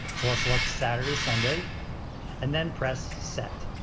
so i'll select saturday, sunday and then press set.